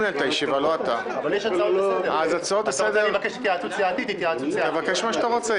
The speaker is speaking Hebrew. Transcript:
המסדרת ולוועדה הזמנית לענייני כספים בנושא תקציב